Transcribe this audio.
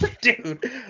dude